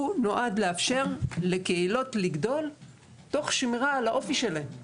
הוא נועד לאפשר לקהילות לגדול תוך שמירה על האופי שלהן.